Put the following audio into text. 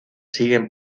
siguen